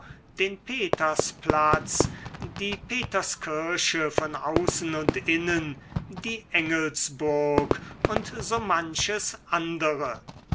den petersplatz die peterskirche von außen und innen die engelsburg und so manches andere